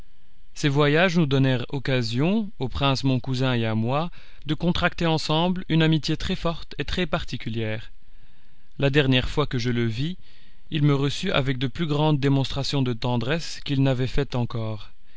ces voyages nous donnèrent occasion au prince mon cousin et à moi de contracter ensemble une amitié très-forte et très particulière la dernière fois que je le vis il me reçut avec de plus grandes démonstrations de tendresse qu'il n'avait fait encore